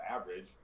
average